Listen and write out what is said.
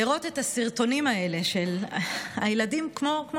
לראות את הסרטונים האלה של ילדים כמו